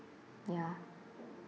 ya